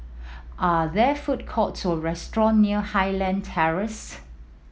are there food courts or restaurant near Highland Terrace